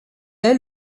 est